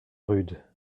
rude